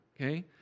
okay